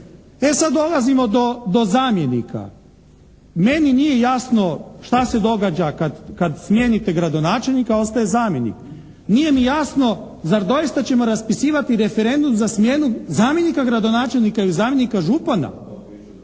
E sad dolazimo do zamjenika. Meni nije jasno šta se događa kad smijenite gradonačelnika, ostaje zamjenik. Nije mi jasno zar doista ćemo raspisivati referendum za smjenu zamjenika gradonačelnika i zamjenika župana?